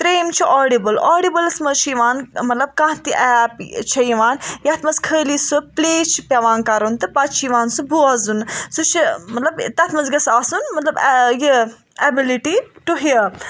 ترٛیِم چھِ Audible audibles منٛز چھِ یوان مطلب کانہہ تہِ ایپ چھےٚ یِوان یَتھ منٛز خٲلی سُہ پٕلے چھُ پیوان کَرُن تہٕ پَتہٕ چھُ یوان سُہ بوزن سُہ چُھ مطلب تَتھ منٛز گَژھِ آسُن مطلب یہِ ایبٕلِٹی ٹُو ہِیَر